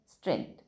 strength